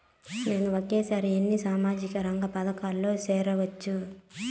నేను ఒకేసారి ఎన్ని సామాజిక రంగ పథకాలలో సేరవచ్చు?